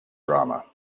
drama